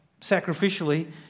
sacrificially